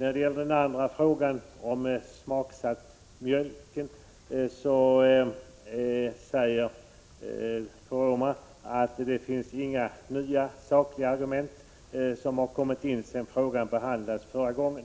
Bruno Poromaa anser att det inte har tillkommit några nya sakliga argument när det gäller frågan om smaksatt mjölk sedan den förra gången